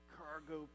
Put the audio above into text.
cargo